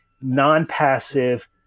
non-passive